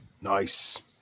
nice